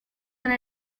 are